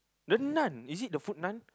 the Nun is it the foot nun